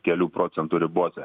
kelių procentų ribose